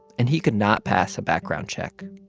and he could not pass a background check.